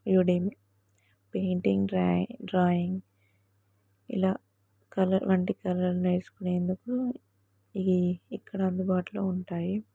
ఇక్కడ ఏమి painting drawing ఇలా కలర్ వంటి కలర్ వేసుకునేందుకు ఇక్కడ అందుబాటులో ఉంటాయి